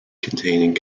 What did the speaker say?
containing